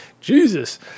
Jesus